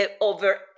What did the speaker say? over